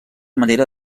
manera